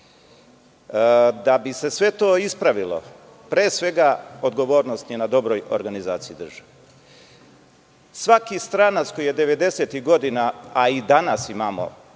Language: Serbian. bi se sve to ispravilo, pre svega odgovornost je na dobroj organizaciji države. Svaki stranac koji je 90-ih godina, a i danas imamo